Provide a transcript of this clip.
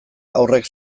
haurrek